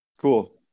cool